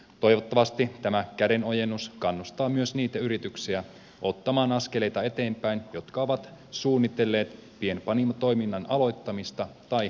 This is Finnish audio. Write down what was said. toivottavasti tämä kädenojennus kannustaa myös niitä yrityksiä ottamaan askeleita eteenpäin jotka ovat suunnitelleet pienpanimotoiminnan aloittamista tai laajentamista